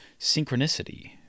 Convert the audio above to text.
synchronicity